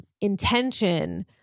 intention